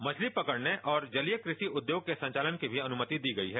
मछली पकड़ने और जलीय कृषि उद्योग के संचालन की भी अनुमति दी गई है